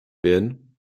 werden